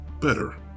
better